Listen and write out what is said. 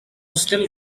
still